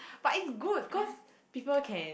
but it's good cause people can